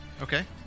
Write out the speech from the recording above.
okay